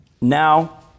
Now